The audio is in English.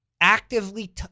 actively